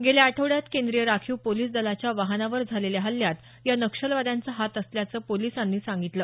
गेल्या आठवड्यात केंद्रीय राखीव पोलिस दलाच्या वाहनावर झालेल्या हल्ल्यात या नक्षलवाद्यांचा हात असल्याचं पोलिसांनी सांगितलं